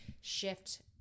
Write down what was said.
shift